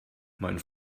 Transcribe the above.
mein